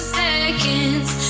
seconds